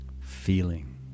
feeling